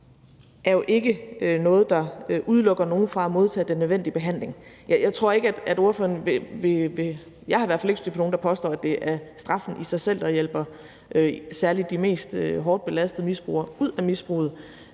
straffen jo ikke er noget, der udelukker nogen fra at modtage den nødvendige behandling. Jeg er i hvert fald ikke stødt på nogen, der påstår, at det er straffen i sig selv, der hjælper særlig de hårdest belastede misbrugere ud af misbruget.